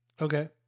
okay